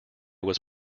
was